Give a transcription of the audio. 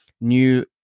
new